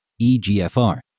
EGFR